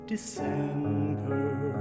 December